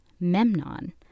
Memnon